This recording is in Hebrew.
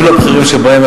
אפילו הבכירים שבהם,